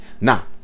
Now